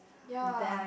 ya